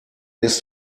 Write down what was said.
ist